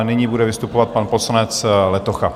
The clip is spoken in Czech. Nyní bude vystupovat pan poslanec Letocha.